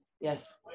Yes